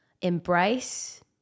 embrace